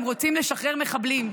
הם רוצים לשחרר מחבלים.